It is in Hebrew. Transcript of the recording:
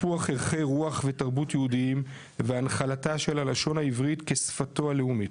טיפוח ערכי רוח ותרבות יהודיים והנחלתה של הלשון העברית כשפתו הלאומית.